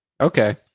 Okay